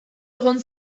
egon